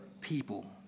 people